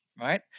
right